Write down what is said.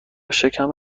شکم